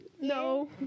No